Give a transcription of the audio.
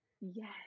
Yes